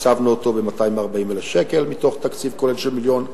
תקצבנו אותו ב-240,000 שקל מתוך תקציב כולל של מיליון.